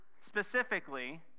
Specifically